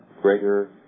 greater